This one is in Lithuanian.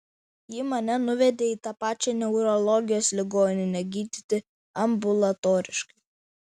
ji mane nuvedė į tą pačią neurologijos ligoninę gydyti ambulatoriškai